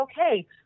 okay